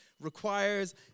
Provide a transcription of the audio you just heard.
requires